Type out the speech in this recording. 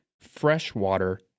freshwater